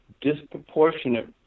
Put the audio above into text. disproportionate